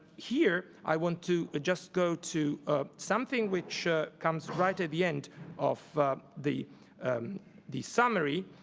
here, i want to just go to ah something which comes right at the end of the the summary.